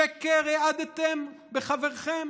?שקר העדתם בחברכם?